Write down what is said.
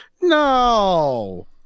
no